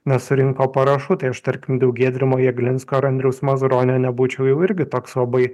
nesurinko parašų tai aš tarkim dėl giedrimo jeglinsko ar andriaus mazuronio nebūčiau jau irgi toks labai